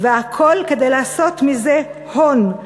והכול כדי לעשות מזה הון,